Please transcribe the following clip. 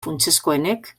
funtsezkoenek